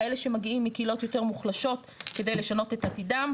כאלה שמגיעים מקהילות יותר מוחלשות כדי לשנות את עתידם,